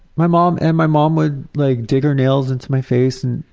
my mom and my mom would like dig her nails into my face and,